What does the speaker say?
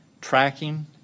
tracking